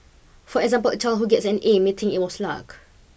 for example a child who gets an A may think it was luck